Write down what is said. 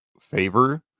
favor